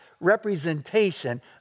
representation